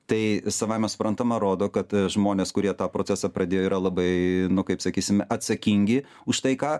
tai savaime suprantama rodo kad žmonės kurie tą procesą pradėjo yra labai nu kaip sakysim atsakingi už tai ką